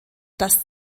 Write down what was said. das